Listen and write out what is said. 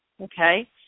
okay